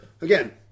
Again